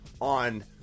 on